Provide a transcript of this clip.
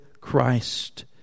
Christ